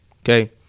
Okay